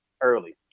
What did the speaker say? early